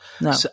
No